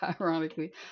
Ironically